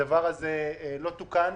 הדבר הזה לא תוקן,